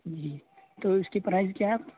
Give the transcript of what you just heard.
جی تو اس کی پرائز کیا ہے